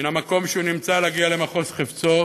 מן המקום שהוא נמצא, להגיע למחוז חפצו